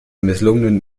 misslungenen